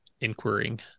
inquiring